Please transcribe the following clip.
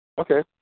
Okay